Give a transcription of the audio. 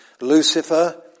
Lucifer